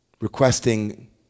requesting